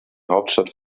hauptstadt